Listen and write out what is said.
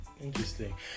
Interesting